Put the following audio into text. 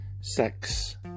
sex